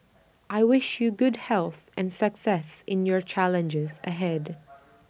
I wish you good health and success in your challenges ahead